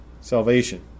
salvation